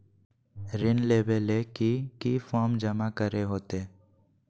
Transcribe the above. ऋण लेबे ले की की फॉर्म जमा करे होते?